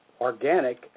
organic